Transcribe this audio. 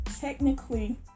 technically